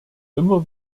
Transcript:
immer